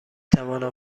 توانم